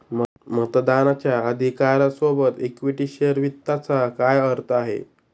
मतदानाच्या अधिकारा सोबत इक्विटी शेअर वित्ताचा काय अर्थ आहे?